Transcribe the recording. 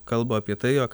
kalba apie tai jog